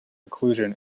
inclusion